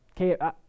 Okay